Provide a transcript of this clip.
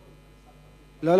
הצעה לסדר-היום שמספרה 1257. לא,